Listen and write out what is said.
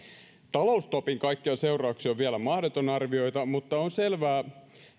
talousstopin kaikkia seurauksia on vielä mahdoton arvioida mutta on selvää